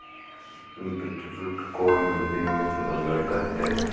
beetroot को हिंदी में चुकंदर कहते हैं